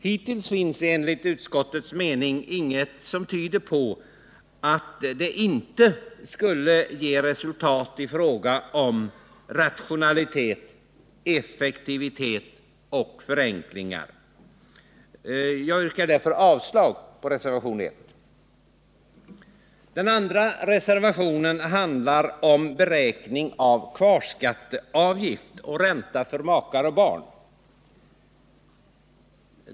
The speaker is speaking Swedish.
Hittills finns enligt utskottets mening inget som tyder på att det inte skulle ge resultat i fråga om rationalitet, effektivitet och förenklingar. Jag yrkar därför avslag på reservationen 1. Reservationen 2 handlar om beräkning av kvarskatteavgift och ränta för makar och barn.